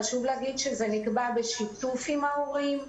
חשוב להגיד שזה נקבע בשיתוף עם ההורים,